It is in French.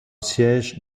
siège